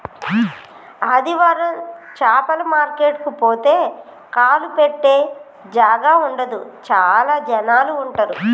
ఆదివారం చాపల మార్కెట్ కు పోతే కాలు పెట్టె జాగా ఉండదు చాల జనాలు ఉంటరు